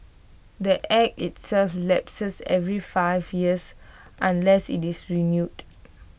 the act itself lapses every five years unless IT is renewed